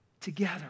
together